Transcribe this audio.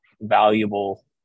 valuable